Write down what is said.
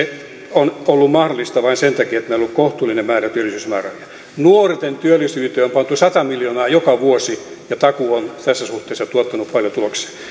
on ollut mahdollista vain sen takia että meillä on ollut kohtuullinen määrä työllisyysmäärärahoja nuorten työllisyyteen on pantu sata miljoonaa joka vuosi ja takuu on tässä suhteessa tuottanut paljon tuloksia